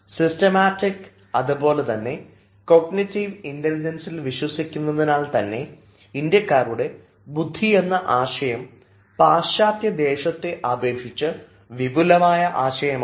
systematic അതുപോലെതന്നെ cognitive ഇൻറലിജൻസിൽ വിശ്വസിക്കുന്നതിനാൽ തന്നെ ഇന്ത്യകാരുടെ ബുദ്ധി എന്ന ആശയം പാശ്ചാത്യ ദേശത്തെ അപേക്ഷിച്ച് വിപുലമായ ആശയമാണ്